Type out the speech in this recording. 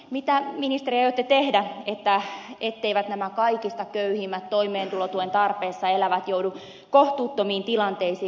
mitä ministeri aiotte tehdä etteivät nämä kaikista köyhimmät toimeentulotuen tarpeessa elävät joudu kohtuuttomiin tilanteisiin